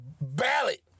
ballot